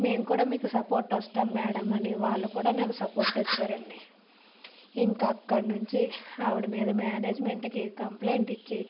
మేము కూడా మీకు సపోర్ట్ వస్తాము మేడం అని వాళ్ళు కూడా నాకు సపోర్ట్ వచ్చారు అండి ఇంకా అక్కడి నుంచి ఆవిడ మీద మేనేజ్మెంట్కి కంప్లైంట్ ఇచ్చి